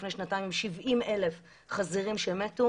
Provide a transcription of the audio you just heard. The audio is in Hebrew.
לפני שנתיים הייתה שנה ש-70,000 חזירים מתו.